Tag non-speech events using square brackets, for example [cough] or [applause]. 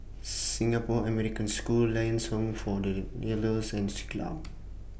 Singapore American School Lions Home For The [unintelligible] and Siglap [noise]